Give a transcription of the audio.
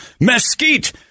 mesquite